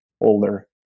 older